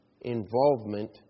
involvement